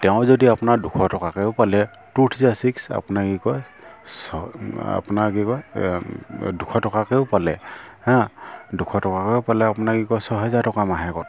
তেওঁ যদি আপোনাৰ দুশ টকাকৈও পালে টু থ্ৰীজ্ আৰ ছিক্স আপোনাৰ কি কয় ছ আপোনাৰ কি কয় দুশ টকাকৈও পালে হাঁ দুশ টকাকৈও পালে আপোনাৰ কি কয় ছহেজাৰ টকা মাহেকত